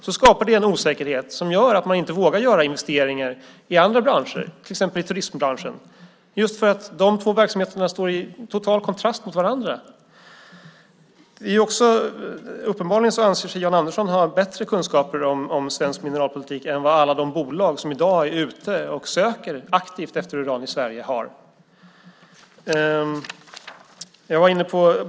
Det skapar en osäkerhet som leder till att man inte vågar göra investeringar i andra branscher, till exempel i turistbranschen, just för att dessa två verksamheter står i total kontrast mot varandra. Uppenbarligen anser sig Jan Andersson ha bättre kunskaper om svensk mineralpolitik än vad alla de bolag som i dag är ute och söker aktivt efter uran i Sverige har.